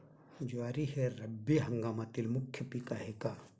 ज्वारी हे रब्बी हंगामातील मुख्य पीक आहे का?